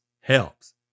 helps